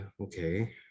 okay